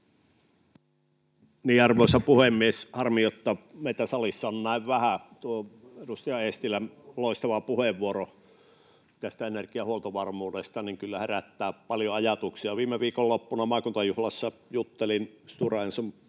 [Toimi Kankaanniemi: Laatu korvaa määrän!] Tuo edustaja Eestilän loistava puheenvuoro energiahuoltovarmuudesta kyllä herättää paljon ajatuksia. Viime viikonloppuna maakuntajuhlassa juttelin Stora Enson